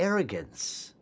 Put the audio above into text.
arrogance